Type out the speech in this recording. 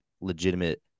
legitimate